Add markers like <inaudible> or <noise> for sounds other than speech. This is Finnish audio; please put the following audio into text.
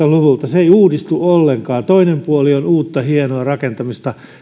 <unintelligible> luvulta se ei uudistu ollenkaan toinen puoli on uutta hienoa rakentamista